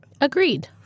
Agreed